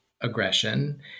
aggression